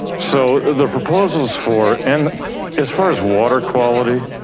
so the proposals for, and as far as water quality,